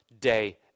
day